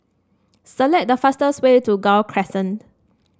select the fastest way to Gul Crescent